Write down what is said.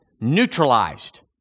neutralized